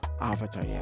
avatar